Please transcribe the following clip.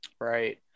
Right